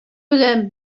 белән